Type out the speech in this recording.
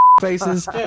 faces